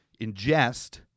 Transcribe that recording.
ingest –